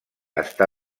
està